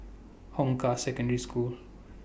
Hong Kah Secondary School